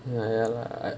ya ya lah